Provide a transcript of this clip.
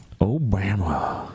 Obama